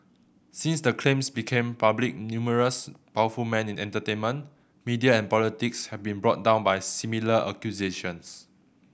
since the claims became public numerous powerful men in entertainment media and politics have been brought down by similar accusations